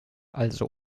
also